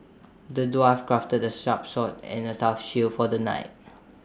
the dwarf crafted A sharp sword and A tough shield for the knight